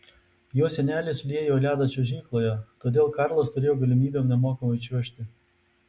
jo senelis liejo ledą čiuožykloje todėl karlas turėjo galimybę nemokamai čiuožti